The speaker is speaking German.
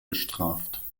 bestraft